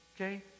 Okay